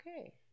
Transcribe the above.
Okay